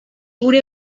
gure